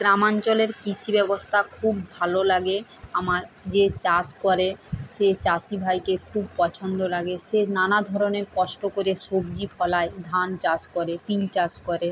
গ্রামাঞ্চলের কৃষি ব্যবস্থা খুব ভালো লাগে আমার যে চাষ করে সে চাষি ভাইকে খুব পছন্দ লাগে সে নানাধরনের কষ্ট করে সবজি ফলায় ধান চাষ করে তিল চাষ করে